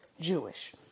Jewish